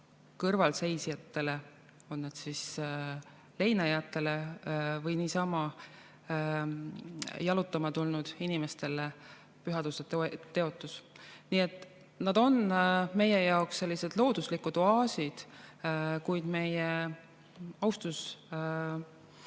kõrvalseisjatele, on need siis leinajad või niisama jalutama tulnud inimesed, pühaduseteotus. Nii et need on meie jaoks sellised looduslikud oaasid, kuid meie austus